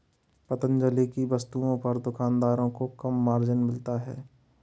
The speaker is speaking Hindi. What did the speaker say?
पतंजलि की वस्तुओं पर दुकानदारों को कम मार्जिन मिलता है